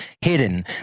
hidden